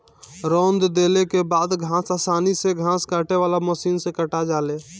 रौंद देले के बाद घास आसानी से घास काटे वाली मशीन से काटा जाले